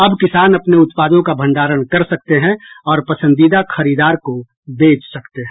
अब किसान अपने उत्पादों का भंडारण कर सकते हैं और पसंदीदा खरीदार को बेच सकते हैं